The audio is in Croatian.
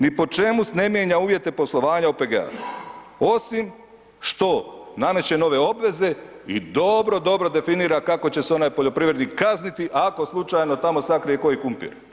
Ni po čemu ne mijenja uvjete poslovanje OPG-a, osim što nameće nove obveze i dobro, dobro definira kako će se onaj poljoprivrednik kazniti ako slučajno tamo sakrije koji krumpir.